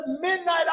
midnight